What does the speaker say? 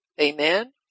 Amen